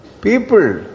people